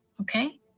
Okay